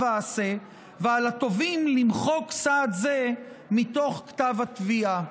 עשה ועל התובעים למחוק סעד זה מתוך כתב התביעה.